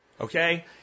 okay